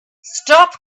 stop